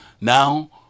Now